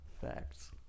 facts